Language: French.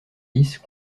dix